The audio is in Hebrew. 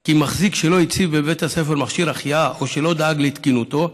כי מחזיק שלא הציב בבית הספר מכשיר החייאה או שלא דאג לתקינותו,